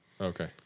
Okay